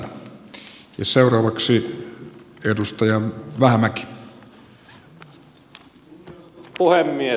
kunnioitettu puhemies